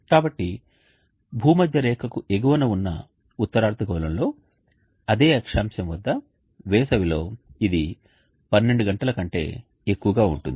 కాబట్టి భూమధ్యరేఖకు ఎగువన ఉన్న ఉత్తర అర్ధగోళంలో అదే అక్షాంశం వద్ద వేసవిలో ఇది 12 గంటల కంటే ఎక్కువగా ఉంటుంది